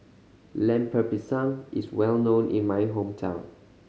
Lemper Pisang is well known in my hometown